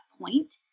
point